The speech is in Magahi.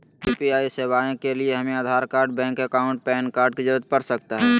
क्या यू.पी.आई सेवाएं के लिए हमें Aadhaar card bank account PAN card की जरूरत पड़ सकता है?